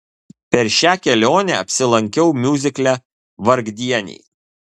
per šią kelionę apsilankiau miuzikle vargdieniai